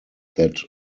that